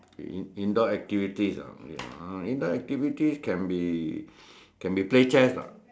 in in indoor activities ah wait ah indoor activities can be can be play chess or not